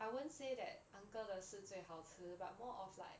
I won't say that uncle 的是最好吃 but more of like